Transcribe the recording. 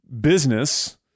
business